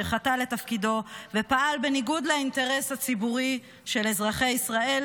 שחטא לתפקידו ופעל בניגוד לאינטרס הציבורי של אזרחי ישראל,